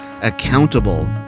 accountable